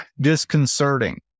disconcerting